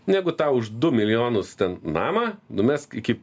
negu tau už du milijonus ten namą numesk iki